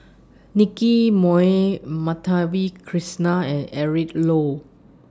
Nicky Moey Madhavi Krishnan and Eric Low